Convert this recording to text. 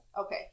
Okay